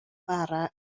bara